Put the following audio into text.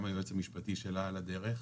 גם היועץ המשפטי שלה על הדרך,